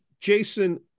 Jason